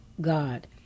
God